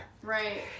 Right